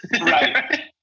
Right